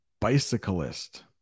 bicyclist